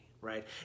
right